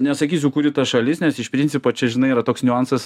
nesakysiu kuri šalis nes iš principo čia žinai yra toks niuansas